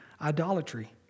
idolatry